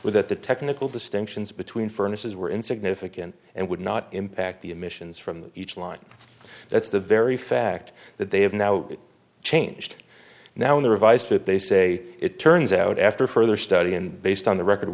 that the technical distinctions between furnaces were insignificant and would not impact the emissions from each line that's the very fact that they have now changed now in the revised what they say it turns out after further study and based on the record